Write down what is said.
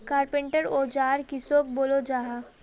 Carpenter औजार किसोक बोलो जाहा?